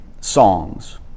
songs